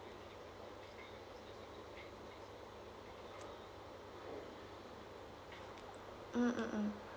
mm